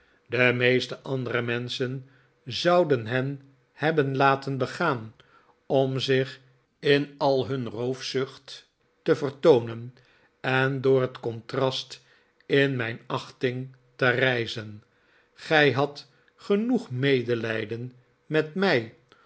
de meeste andere menschen zouden hen hebben laten begaan om zich in al hun roofzucht te vertoonen en door het contrast in mijn achting te rijzen gij hadt genoeg medelijden met mij